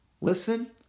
Listen